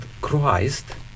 christ